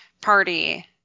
party